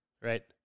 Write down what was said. Right